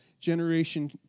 generation